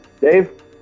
Dave